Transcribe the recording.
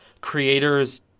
creators